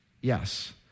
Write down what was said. Yes